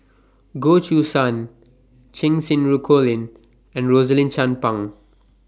Goh Choo San Cheng Xinru Colin and Rosaline Chan Pang